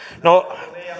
no